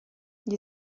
gli